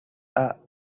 are